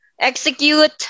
execute